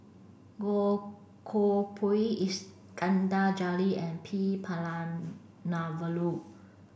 Goh Koh Pui Iskandar Jalil and P Palanivelu